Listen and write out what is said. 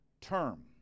term